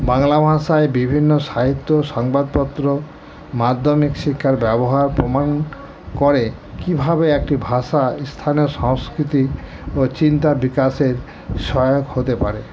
বাংলা ভাষায় বিভিন্ন সাহিত্য সংবাদপত্র মাধ্যমিক শিক্ষার ব্যবহার প্রমাণ করে কীভাবে একটি ভাষা স্থানীয় সংস্কৃতি ও চিন্তা বিকাশের সহায়ক হতে পারে